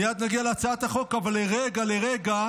מייד נגיע להצעת החוק, אבל לרגע לרגע